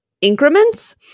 increments